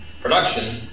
production